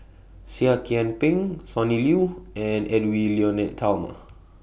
Seah Kian Peng Sonny Liew and Edwy Lyonet Talma